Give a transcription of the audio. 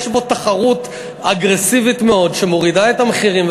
יש בו תחרות אגרסיבית מאוד שמורידה את המחירים,